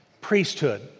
Priesthood